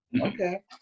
Okay